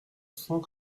cent